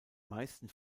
meisten